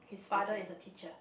his father is a teacher